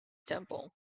temple